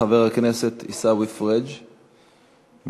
חבר הכנסת עיסאווי פריג', בבקשה.